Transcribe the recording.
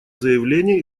заявление